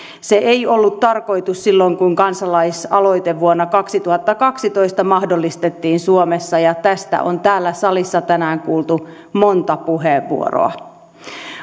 se ei ollut tarkoitus silloin kun kansalaisaloite vuonna kaksituhattakaksitoista mahdollistettiin suomessa ja tästä on täällä salissa tänään kuultu monta puheenvuoroa